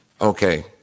okay